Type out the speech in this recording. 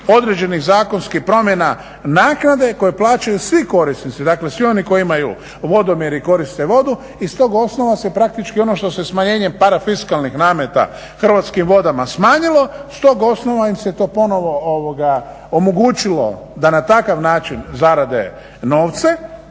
određenih zakonskih promjena naknade koje plaćaju svi korisnici, dakle svi oni koji imaju vodomjer i koriste vodu i s tog osnova se praktički ono što se smanjenjem parafiskalnih nameta Hrvatskim vodama smanjilo, s tog osnova im se to ponovo omogućilo da na takav način zarade novce.